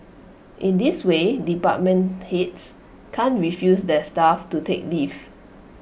in this way department heads can't refuse their staff to take leave